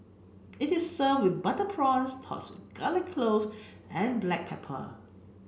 it is served with butter prawns tossed garlic clove and black pepper